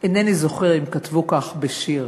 אינני זוכר אם כתבו כך בשיר /